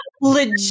legit